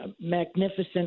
magnificent